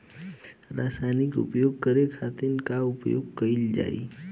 रसायनिक प्रयोग करे खातिर का उपयोग कईल जाइ?